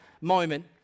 moment